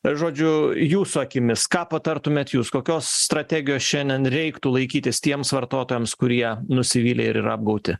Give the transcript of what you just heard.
žodžiu jūsų akimis ką patartumėt jūs kokios strategijos šiandien reiktų laikytis tiems vartotojams kurie nusivylė ir yra apgauti